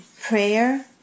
prayer